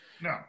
no